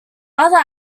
other